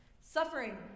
Suffering